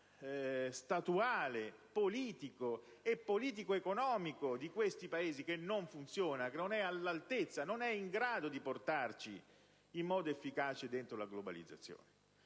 statuale, politico e politico-economico dei nostri Paesi che non funzionano e che non sono all'altezza, né in grado di portarci in modo efficace dentro la globalizzazione.